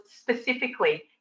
specifically